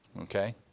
Okay